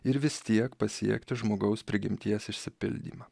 ir vis tiek pasiekti žmogaus prigimties išsipildymą